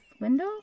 window